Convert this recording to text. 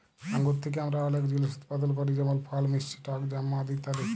আঙ্গুর থ্যাকে আমরা অলেক জিলিস উৎপাদল ক্যরি যেমল ফল, মিষ্টি টক জ্যাম, মদ ইত্যাদি